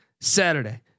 Saturday